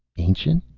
ancient?